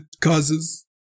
causes